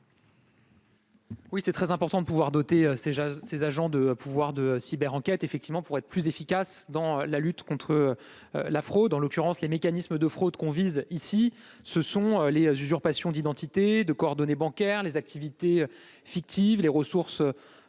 Oui, c'est très important de pouvoir doter ses ses agents de pouvoir de Cyber enquête effectivement pour être plus efficace dans la lutte contre la fraude, en l'occurrence les mécanismes de fraude qu'on vise ici, ce sont les usurpations d'identité de coordonnées bancaires, les activités fictives, les ressources